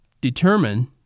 determine